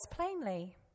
plainly